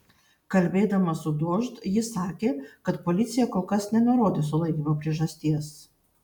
kalbėdama su dožd ji sakė kad policija kol kas nenurodė sulaikymo priežasties